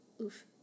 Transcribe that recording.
Oof